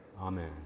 Amen